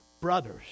brothers